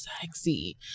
sexy